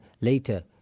later